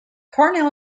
cornell